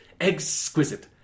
Exquisite